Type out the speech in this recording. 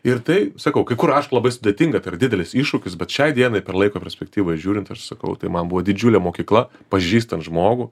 ir tai sakau kai kur aišku labai sudėtinga tai yra didelis iššūkis bet šiai dienai per laiko perspektyvą žiūrint aš sakau tai man buvo didžiulė mokykla pažįstant žmogų